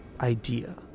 idea